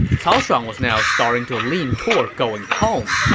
cao shuang was now starting to lean toward going home,